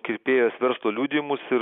kirpėjos verslo liudijimus ir